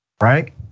right